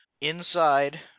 inside